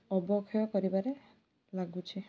ଅବକ୍ଷୟ କରିବାରେ ଲାଗୁଛି